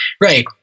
Right